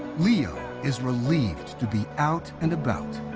liu is relieved to be out and about,